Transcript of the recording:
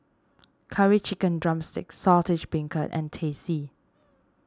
Curry Chicken Drumstick Saltish Beancurd and Teh C